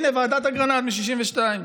אז הינה ועדת אגרנט מ-1962: